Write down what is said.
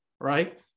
right